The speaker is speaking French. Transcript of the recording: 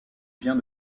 vient